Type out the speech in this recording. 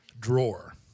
drawer